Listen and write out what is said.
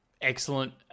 excellent